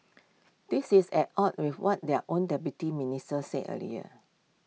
this is at odds with what their own deputy minister said earlier